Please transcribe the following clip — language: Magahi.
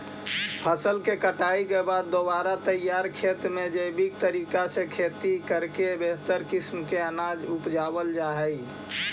फसल कटाई के बाद दोबारा तैयार खेत में जैविक तरीका से खेती करके बेहतर किस्म के अनाज उगावल जा हइ